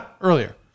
Earlier